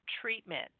treatment